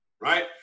right